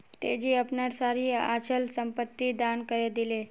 तेजी अपनार सारी अचल संपत्ति दान करे दिले